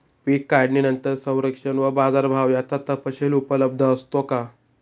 पीक काढणीनंतर संरक्षण व बाजारभाव याचा तपशील उपलब्ध असतो का?